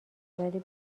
ولی